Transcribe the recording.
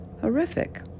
Horrific